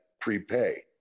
prepay